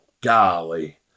golly